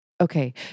Okay